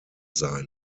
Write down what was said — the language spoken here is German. sein